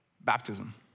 Baptism